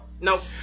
Nope